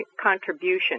contribution